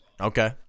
Okay